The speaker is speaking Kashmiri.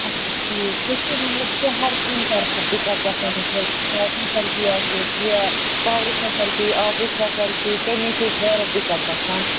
اَچھا ٹھیٖک ہَر کُنہِ طرفہٕ دِقعَت گژھان یا پاورٕچ فٮ۪سَلٹی آبٕچ فٮ۪سَلٹی تمِچ چھِ اَسہِ واریاہ دِقعت گژھان